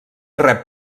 rep